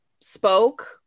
spoke